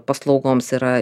paslaugoms yra